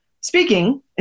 speaking